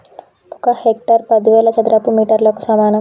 ఒక హెక్టారు పదివేల చదరపు మీటర్లకు సమానం